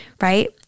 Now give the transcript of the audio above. right